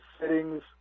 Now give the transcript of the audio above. settings